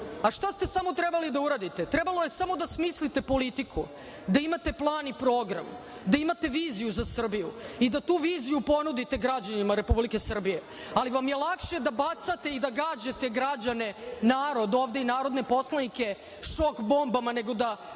ste samo trebali da uradite? Trebalo je samo da smislite politiku, da imate plan i program, da imate viziju za Srbiju i da tu viziju ponudite građanima Republike Srbije, ali vam je lakše da bacate i da gađate građane, narod ovde i narodne poslanike šok bombama, nego da